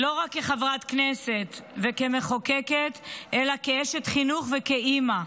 לא רק כחברת כנסת וכמחוקקת אלא כאשת חינוך וכאימא.